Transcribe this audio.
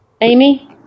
Amy